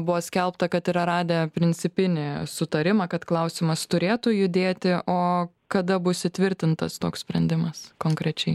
buvo skelbta kad yra radę principinį sutarimą kad klausimas turėtų judėti o kada bus įtvirtintas toks sprendimas konkrečiai